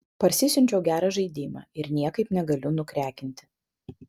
parsisiunčiau gerą žaidimą ir niekaip negaliu nukrekinti